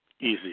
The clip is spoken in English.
easy